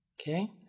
Okay